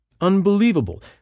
Unbelievable